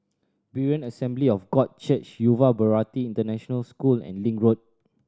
Berean Assembly of God Church Yuva Bharati International School and Link Road